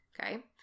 Okay